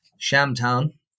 Shamtown